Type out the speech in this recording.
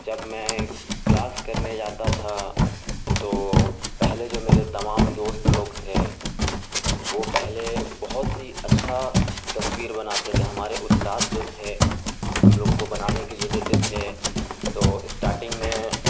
جب میں کلاس کرنے جاتا تھا تو پہلے جو میرے تمام دوست لوگ تھے وہ پہلے بہت ہی اچھا تصویر بناتے تھے ہمارے استاد جو تھے ہم لوگ کو بنانے کے لیے دیتے تھے تو اسٹارٹنگ میں